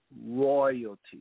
royalty